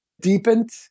deepened